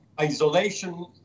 isolation